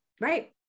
Right